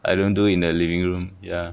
I don't do in the living room ya